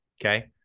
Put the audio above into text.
Okay